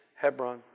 Hebron